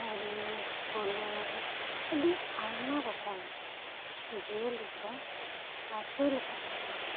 ᱦᱩᱨᱤᱱ ᱠᱩᱞᱟᱹᱭ ᱟᱹᱰᱤ ᱟᱭᱢᱟ ᱨᱚᱠᱚᱢ ᱡᱤᱭᱟᱹᱞᱤ ᱠᱚ ᱟᱹᱥᱩᱞ ᱟᱠᱟᱫ ᱠᱚᱣᱟ